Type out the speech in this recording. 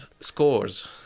scores